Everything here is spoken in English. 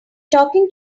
talking